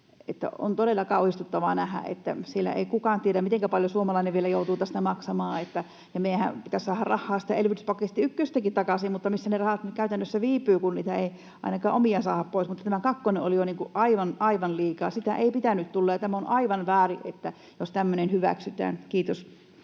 on todella kauhistuttavaa nähdä, että siellä ei kukaan tiedä, mitenkä paljon suomalainen vielä joutuu tästä maksamaan. Meidänhän pitäisi saada rahaa siitä elvytyspaketti ykkösestäkin takaisin, mutta missä ne rahat käytännössä viipyvät, kun niitä ei, ainakaan omia, saada pois? Mutta tämä kakkonen oli jo aivan, aivan liikaa. Sitä ei pitänyt tulla, ja tämä on aivan väärin, jos tämmöinen hyväksytään. — Kiitos.